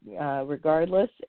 regardless